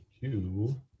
two